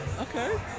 Okay